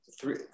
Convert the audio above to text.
Three